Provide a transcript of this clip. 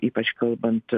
ypač kalbant